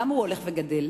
ולמה הוא הולך וגדל?